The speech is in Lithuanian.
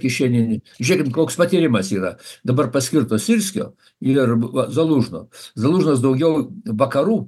kišeninį žiūrėkim koks patyrimas yra dabar paskirto syrskio ir zalužno zalužnas daugiau vakarų